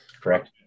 Correct